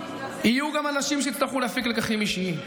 יהיו גם אנשים שיצטרכו להפיק לקחים אישיים.